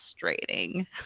frustrating